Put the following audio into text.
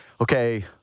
okay